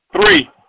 Three